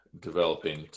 developing